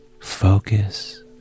Focus